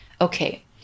okay